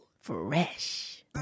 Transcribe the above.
Fresh